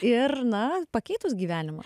ir na pakeitus gyvenimą